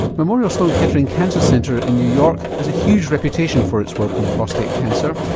memorial sloan-kettering cancer center in new york has a huge reputation for its work on prostate cancer.